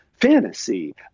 fantasy